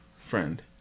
friend